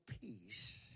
peace